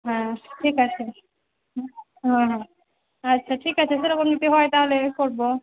হ্যাঁ ঠিক আছে হুঁ হ্যাঁ হ্যাঁ আচ্ছা ঠিক আছে সেরকম যদি হয় তাহলে করবো